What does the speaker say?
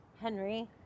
henry